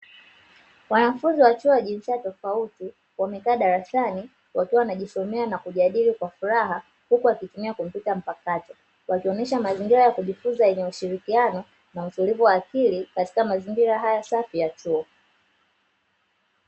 Wanafunzi wakiwa wa jinsia tofauti wamekaa darasani wakiwa wanajisomea na kujadili kwa furaha, huku wakitumia kompyuta mpakato wakionyesha mazingira ya kujifunza yenye ushirikiano na utulivu wa akili katika mazingira haya safi ya chuo.